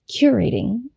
curating